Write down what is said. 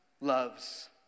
loves